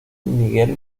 miguel